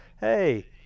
hey